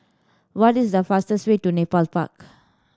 what is the fastest way to Nepal Park